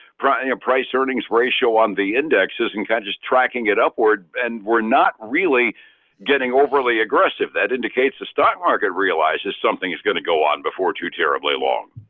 trying a price earnings ratio on the indexes and kind of tracking it upward and we're not really getting overly aggressive. that indicates the stock market realizes something is going to go on before too terribly long.